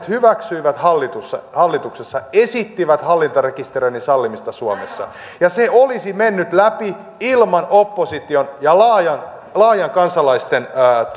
hyväksyivät hallituksessa hallituksessa esitti hallintarekisteröinnin sallimista suomessa ja se olisi mennyt läpi ilman opposition ja laajan kansalaisten